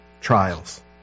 trials